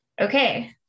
Okay